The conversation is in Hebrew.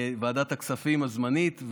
ועדת הכספים הזמנית,